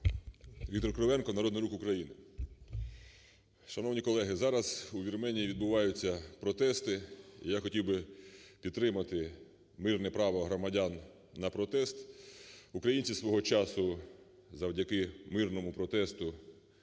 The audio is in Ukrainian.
Віктор Кривенко, "Народний рух України". Шановні колеги, зараз у Вірменії відбуваються протести, і я хотів би підтримати мирне право громадян на протест. Українці свого часу завдяки мирному протесту,